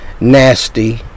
nasty